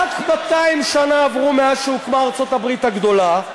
רק 200 שנה עברו מאז שהוקמה ארצות-הברית הגדולה,